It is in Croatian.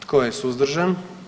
Tko je suzdržan?